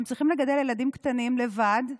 הם צריכים לגדל ילדים קטנים לבד,